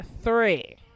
three